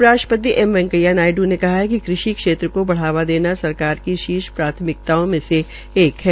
उप राष्ट्रपति एम वैंकेया नायड़ू ने कहा है कि कृषि क्षेत्र को बढ़ावा देना सकरार की शीर्ष प्राथमिकताओं में से एक है